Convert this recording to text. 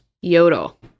yodel